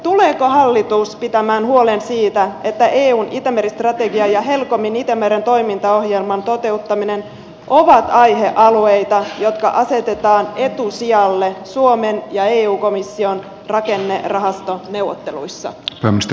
tuleeko hallitus pitämään huolen siitä että eun itämeri strategia ja helcomin itämeren toimintaohjelman toteuttaminen ovat aihealueita jotka asetetaan etusijalle suomen ja eu komission rakennerahastoneuvotteluissa